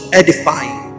edifying